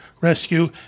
rescue